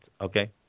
Okay